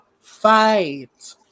fight